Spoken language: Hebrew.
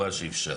אבל יש הרבה,